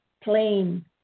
plain